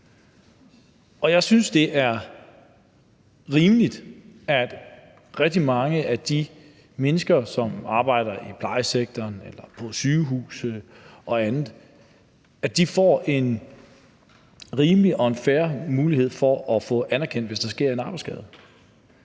Jeg synes, det er rimeligt, at rigtig mange af de mennesker, som arbejder i plejesektoren eller på sygehuse og andre steder, får en rimelig og en fair mulighed for at få anerkendt det, hvis der sker en arbejdsskade.